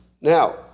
Now